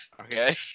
Okay